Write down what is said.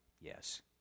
Yes